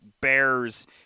bears